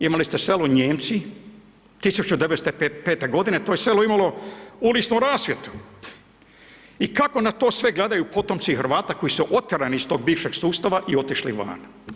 Imali ste selo Nijemci 1905.-te godine, to je selo imalo uličnu rasvjetu i kako na to sve gledaju potomci Hrvata koji su otjerani iz tog bivšeg sustava i otišli van?